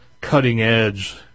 cutting-edge